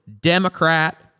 Democrat